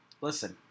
listen